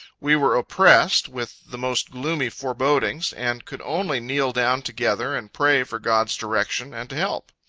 we were oppressed with the most gloomy forebodings, and could only kneel down together and pray for god's direction and help.